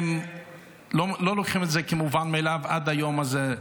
הם לא לוקחים את זה כמובן מאליו עד היום הזה.